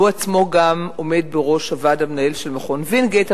שהוא עצמו גם עומד בראש הוועד המנהל של מכון וינגייט,